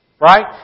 Right